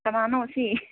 ꯀꯅꯥꯅꯣ ꯁꯤ